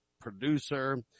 producer